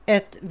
Ett